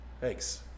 Thanks